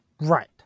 Right